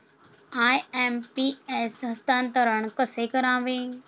IMPS हस्तांतरण कसे करावे?